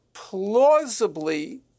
Plausibly